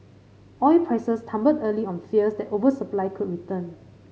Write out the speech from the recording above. oil prices tumbled early on fears that oversupply could return